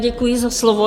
Děkuji za slovo.